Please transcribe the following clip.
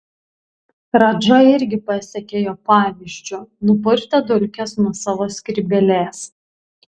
radža irgi pasekė jo pavyzdžiu nupurtė dulkes nuo savo skrybėlės